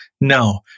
No